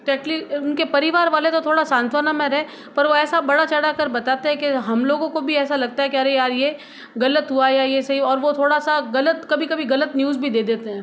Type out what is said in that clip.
Tetley उनके परिवार वालों तो थोड़ा सांत्वना में रहें पर वो ऐसा बढ़ा चढ़ा के बताते है कि हम लोगों को भी ऐसा लगता है कि अरे यार ये गलत हुआ या ये सही हुआ और वो थोड़ा सा गलत कभी कभी गलत न्यूज़ भी दे देते हैं